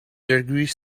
degrees